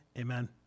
amen